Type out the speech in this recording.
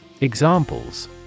Examples